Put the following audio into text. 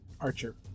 Archer